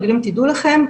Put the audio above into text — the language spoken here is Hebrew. להגיד להם תדעו לכם,